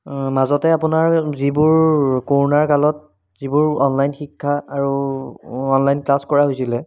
মাজতে আপোনাৰ যিবোৰ কৰোণাৰ কালত যিবোৰ অনলাইন শিক্ষা আৰু অনলাইন ক্লাছ কৰা হৈছিলে